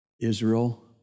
Israel